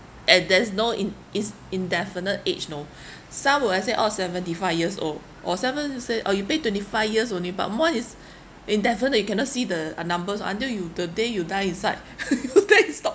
and there's no in~ is indefinite age you know some will let's say oh seventy five years old or some even say oh you pay twenty five years only but more is indefinitely you cannot see the uh numbers until you the day you die inside die stock